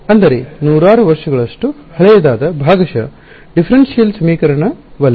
ಅಂದರೆ ನೂರಾರು ವರ್ಷಗಳಷ್ಟು ಹಳೆಯದಾದ ಭಾಗಶಃ ಭೇದಾತ್ಮಕ ಡಿಫರನ್ಶಿಯಲ್ ಸಮೀಕರಣವಲ್ಲ